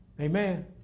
Amen